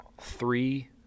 three